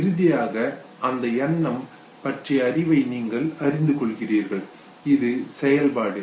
இறுதியாக அந்த எண்ணம் பற்றிய அறிவை நீங்கள் அறிந்து கொள்கிறீர்கள் இது செயல்பாடு